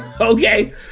okay